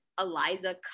Eliza